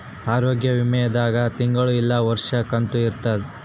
ಆರೋಗ್ಯ ವಿಮೆ ದಾಗ ತಿಂಗಳ ಇಲ್ಲ ವರ್ಷದ ಕಂತು ಇರುತ್ತ